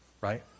right